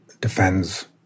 defends